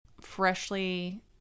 freshly